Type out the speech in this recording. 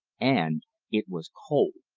and it was cold.